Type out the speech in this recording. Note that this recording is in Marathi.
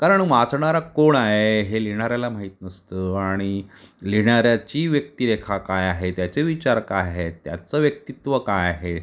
कारण वाचणारा कोण आहे हे लिहिणाऱ्याला माहीत नसतं आणि लिहिणाऱ्याची व्यक्तिरेखा काय आहे त्याचे विचार काय आहेत त्याचं व्यक्तित्व काय आहे